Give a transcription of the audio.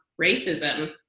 racism